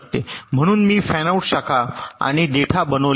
म्हणून मी फॅनआउट शाखा आणि देठा बनवल्या आहेत